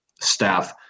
Staff